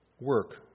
Work